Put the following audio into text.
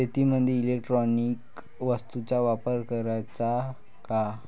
शेतीमंदी इलेक्ट्रॉनिक वस्तूचा वापर कराचा का?